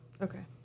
Okay